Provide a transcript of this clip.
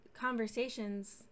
conversations